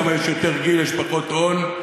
כי כמה שיש יותר גיל יש פחות און,